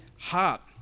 heart